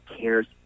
cares